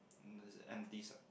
um empty side